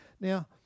Now